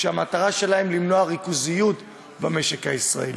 והמטרה שלהם היא למנוע ריכוזיות במשק הישראלי.